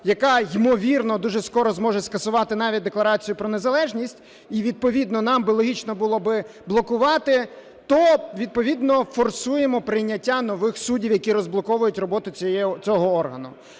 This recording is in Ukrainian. яка, ймовірно, дуже скоро зможе скасувати навіть Декларацію про незалежність, і відповідно нам би логічно було би блокувати, то відповідно форсуємо прийняття нових суддів, які розблоковують роботу цього органу.